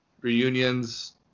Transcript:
reunions